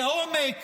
כעומק